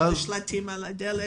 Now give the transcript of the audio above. היו גם שלטים על הדלת.